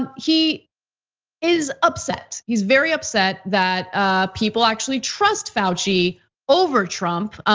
and he is upset. he's very upset that people actually trust fauci over trump.